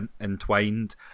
entwined